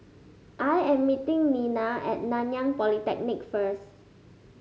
I am meeting Nena At Nanyang Polytechnic first